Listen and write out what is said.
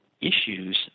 issues